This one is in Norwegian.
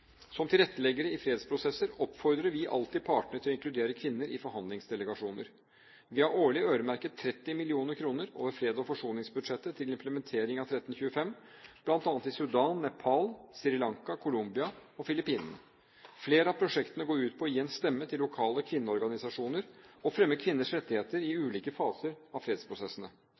Som tilretteleggere i fredsprosesser oppfordrer vi alltid partene til å inkludere kvinner i forhandlingsdelegasjoner. Vi har årlig øremerket 30 mill. kr over freds- og forsoningsbudsjettet til implementering av 1325, bl.a. i Sudan, Nepal, Sri Lanka, Colombia og Filippinene. Flere av prosjektene går ut på å gi en stemme til lokale kvinneorganisasjoner og fremme kvinners rettigheter i ulike faser av fredsprosessene.